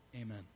amen